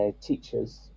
teachers